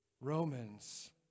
Romans